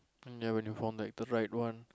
and then when you form like a right one